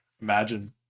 Imagine